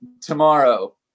tomorrow